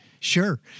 Sure